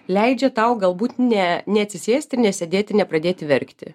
leidžia tau galbūt ne neatsisėst ir nesėdėti nepradėti verkti